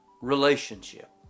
relationship